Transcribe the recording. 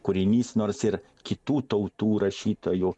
kūrinys nors ir kitų tautų rašytojų